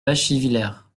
bachivillers